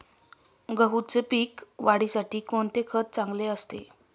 गहूच्या पीक वाढीसाठी कोणते खत चांगले असते?